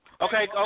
Okay